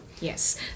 Yes